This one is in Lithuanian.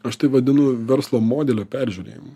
aš tai vadinu verslo modelio peržiūrėjimu